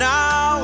Now